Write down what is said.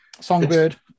Songbird